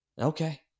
Okay